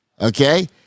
okay